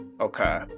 okay